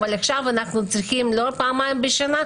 אבל עכשיו אנחנו צריכים לא פעמיים בשנה,